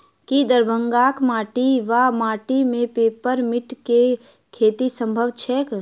की दरभंगाक माटि वा माटि मे पेपर मिंट केँ खेती सम्भव छैक?